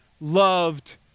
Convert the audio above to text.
loved